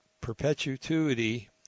perpetuity